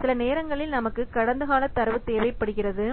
சில நேரங்களில் நமக்கு கடந்தகால தரவு தேவைப்படுகிறது